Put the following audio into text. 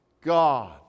God